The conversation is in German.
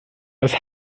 das